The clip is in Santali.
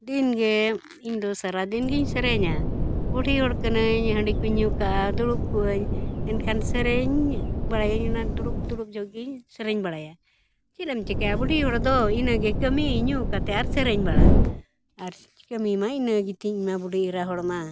ᱫᱤᱱ ᱜᱮ ᱤᱧᱫᱚ ᱥᱟᱨᱟ ᱫᱤᱱ ᱜᱤᱧ ᱥᱮᱨᱮᱧᱟ ᱵᱩᱰᱷᱤ ᱦᱚᱲ ᱠᱟᱹᱱᱟᱹᱧ ᱦᱟᱺᱰᱤ ᱠᱚᱧ ᱧᱩ ᱠᱟᱜᱼᱟ ᱫᱩᱲᱩᱵ ᱠᱚᱜ ᱟᱹᱧ ᱮᱱᱠᱷᱟᱱ ᱥᱮᱨᱮᱧ ᱵᱟᱲᱟᱭᱟᱹᱧ ᱚᱱᱟ ᱫᱩᱲᱩᱵ ᱫᱩᱲᱩᱵ ᱡᱚᱠᱷᱚᱱ ᱜᱤᱧ ᱥᱮᱨᱮᱧ ᱵᱟᱲᱟᱭᱟ ᱪᱮᱫ ᱮᱢ ᱪᱤᱠᱟᱹᱭᱟ ᱵᱩᱰᱷᱤ ᱦᱚᱲ ᱫᱚ ᱤᱱᱟᱹᱜᱮ ᱠᱟᱹᱢᱤ ᱧᱩ ᱠᱟᱛᱮᱫ ᱟᱨ ᱥᱮᱨᱮᱧ ᱵᱟᱲᱟ ᱟᱨ ᱠᱟᱹᱢᱤ ᱢᱟ ᱤᱱᱟᱹ ᱜᱤᱛᱤᱧ ᱤᱧᱢᱟ ᱵᱩᱰᱷᱤ ᱤᱨᱟ ᱦᱚᱲᱢᱟ